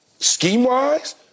Scheme-wise